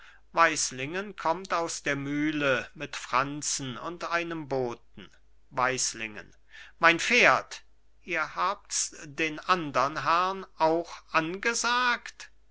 weislingen kommt aus der mühle mit franzen und einem boten weislingen mein pferd ihr habt's den andern herrn auch angesagt